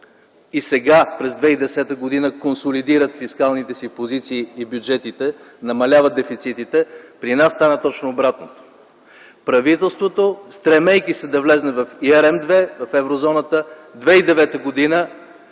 и сега, през 2010 г. консолидират фискалните си позиции и бюджетите, намаляват дефицитите, при нас стана точно обратното – правителството, стремейки се да влезне в ERM-ІІ, в Еврозоната в 2009 г.